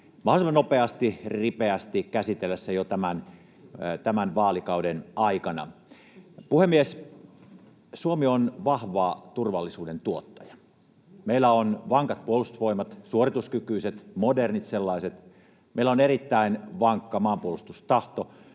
mahdollisimman nopeasti ja ripeästi käsitellä se jo tämän vaalikauden aikana. Puhemies! Suomi on vahva turvallisuuden tuottaja. Meillä on vankat puolustusvoimat, suorituskykyiset ja modernit sellaiset, meillä on erittäin vankka maanpuolustustahto,